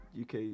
uk